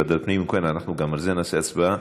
ועדת פנים.